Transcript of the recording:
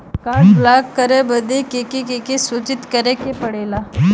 Card block करे बदी के के सूचित करें के पड़ेला?